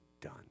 done